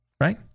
Right